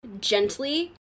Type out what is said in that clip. gently